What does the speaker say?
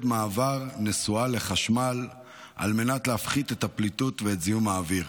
מעבר נסועה לחשמל על מנת להפחית את הפליטות ואת זיהום האוויר.